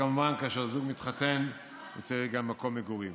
כמובן שכאשר זוג מתחתן הוא צריך גם מקום מגורים.